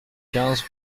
quinze